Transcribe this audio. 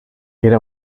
era